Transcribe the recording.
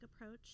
approach